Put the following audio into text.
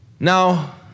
Now